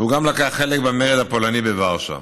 וגם לקח חלק במרד הפולני בוורשה.